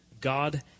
God